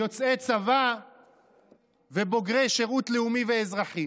יוצאי צבא ובוגרי שירות לאומי ואזרחי,